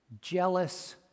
Jealous